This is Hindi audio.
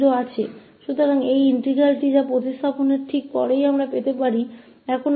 तो अब यह होने पर यह integral जो प्रतिस्थापन के ठीक बाद है हम प्राप्त कर सकते हैं